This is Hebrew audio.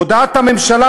הודעת הממשלה,